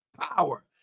power